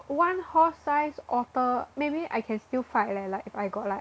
one horse-sized otter maybe I can still fight leh like I got like